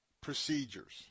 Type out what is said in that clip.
procedures